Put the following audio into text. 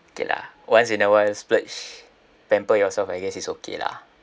okay lah once in a while splurge pamper yourself I guess is okay lah